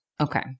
Okay